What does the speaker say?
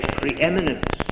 preeminence